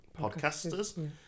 podcasters